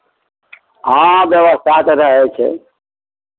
हँ व्यवस्था तऽ रहै छै